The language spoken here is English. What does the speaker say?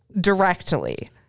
Directly